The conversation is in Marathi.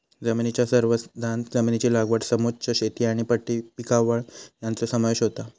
जमनीच्या संवर्धनांत जमनीची लागवड समोच्च शेती आनी पट्टी पिकावळ हांचो समावेश होता